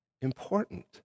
important